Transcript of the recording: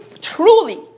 truly